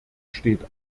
steht